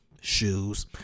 shoes